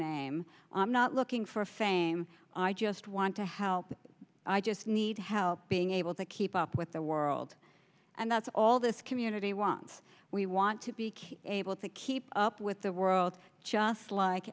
name i'm not looking for fame i just want to help i just need help being able to keep up with the world and that's all this community wants we want to be able to keep up with the world just like